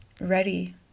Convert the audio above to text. ready